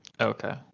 Okay